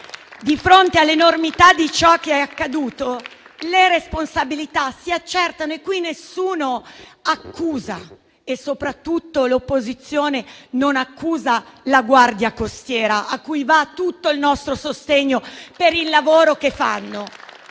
di fronte all'enormità di ciò che è accaduto, le responsabilità si accertano e qui nessuno accusa e soprattutto l'opposizione non accusa la Guardia costiera, a cui va tutto il nostro sostegno per il lavoro che svolge